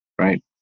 right